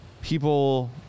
people